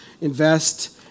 invest